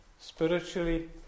Spiritually